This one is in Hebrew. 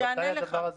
ממתי הדבר הזה קורה?